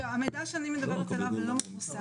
המידע שאני מדברת עליו לא מפורסם.